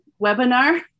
webinar